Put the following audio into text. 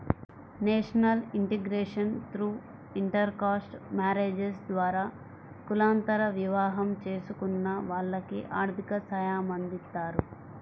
national integration through intercaste marriages ద్వారా కులాంతర వివాహం చేసుకున్న వాళ్లకి ఆర్థిక సాయమందిస్తారు